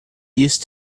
used